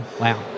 Wow